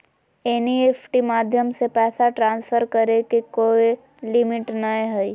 NEFT माध्यम से पैसा ट्रांसफर करे के कोय लिमिट नय हय